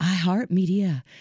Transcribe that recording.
iHeartMedia